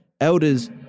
Elders